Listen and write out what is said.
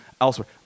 elsewhere